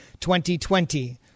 2020